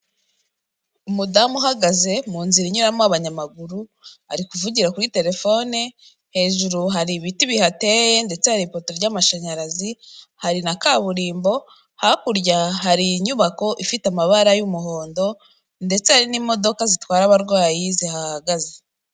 Umudamu uhagaze mu nzira inyuramo abanyamaguru, ari kuvugira kuri telefone, hejuru hari ibiti bihateye ndetse hari ipoto ry'amashanyarazi hari na kaburimbo, hakurya hari inyubako ifite amabara y'umuhondo, ndetse hari n'imodoka zitwara abarwayi zihahagaze.